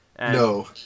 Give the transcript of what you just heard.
No